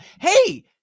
Hey